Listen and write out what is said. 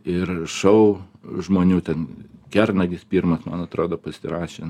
ir šou žmonių ten kernagis pirmas man atrodo pasirašė